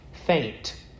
faint